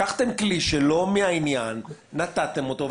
לקחתם כלי שלא מהעניין ונתתם אותו,